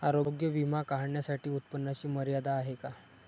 आरोग्य विमा काढण्यासाठी उत्पन्नाची मर्यादा आहे का?